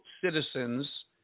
citizens